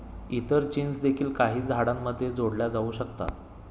इतर जीन्स देखील काही झाडांमध्ये जोडल्या जाऊ शकतात